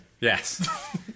yes